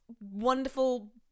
wonderful